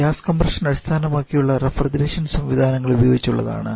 gas compression അടിസ്ഥാനമാക്കിയുള്ള refrigeration സംവിധാനങ്ങൾ ഉപയോഗിച്ച് ഉള്ളതാണ്